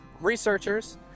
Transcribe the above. researchers